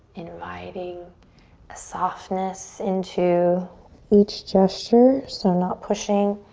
inviting a softness into each gesture. so not pushing.